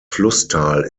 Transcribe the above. flusstal